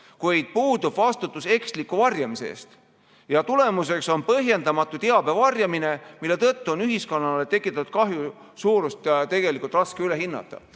kuid puudub vastutus eksliku varjamise eest. Tulemuseks on põhjendamatu teabe varjamine, mille tõttu ühiskonnale tekitatud kahju suurust on raske üle hinnata.